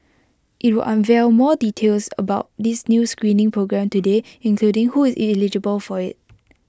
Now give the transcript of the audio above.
IT will unveil more details about this new screening programme today including who is eligible for IT